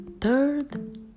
Third